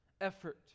effort